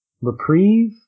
reprieve